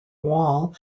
wall